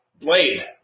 Blade